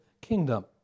kingdom